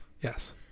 Yes